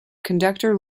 conductor